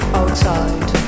outside